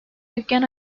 dükkan